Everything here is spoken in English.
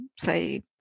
say